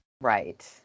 right